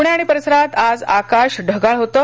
प्णे आणि परिसरात आज आकाश ढगाळ होतं